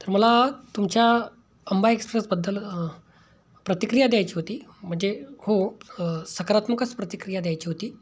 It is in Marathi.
तर मला तुमच्या अंबा एक्सप्रेसबद्दल प्रतिक्रिया द्यायची होती म्हणजे हो सकारात्मकच प्रतिक्रिया द्यायची होती